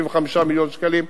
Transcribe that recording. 65 מיליון שקלים,